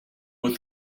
with